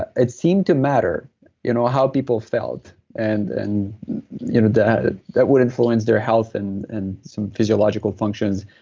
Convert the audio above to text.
ah it seemed to matter you know how people felt and and you know that that would influence their health and and some physiological functions.